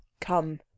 come